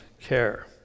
care